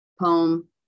poem